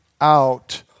out